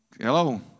Hello